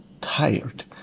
tired